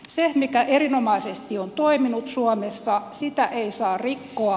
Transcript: sitä mikä erinomaisesti on toiminut suomessa ei saa rikkoa